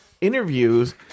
interviews